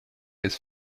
his